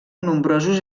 nombrosos